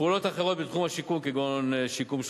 פעולות אחרות בתחום השיקום, כגון שיקום שכונות,